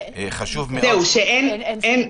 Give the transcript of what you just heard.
חשוב מאוד --- זהו, שאין סעיף.